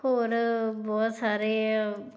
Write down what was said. ਹੋਰ ਬਹੁਤ ਸਾਰੇ